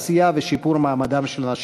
לעשייה ולשיפור מעמדן של הנשים.